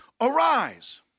arise